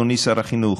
אדוני שר החינוך: